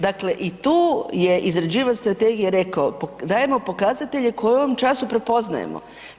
Dakle i tu je izrađivač strategije rekao, dajemo pokazatelje koje u ovom času prepoznajemo.